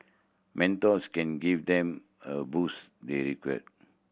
mentors can give them a boost they require